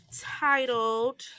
titled